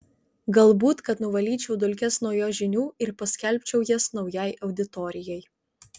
galbūt kad nuvalyčiau dulkes nuo jo žinių ir paskelbčiau jas naujai auditorijai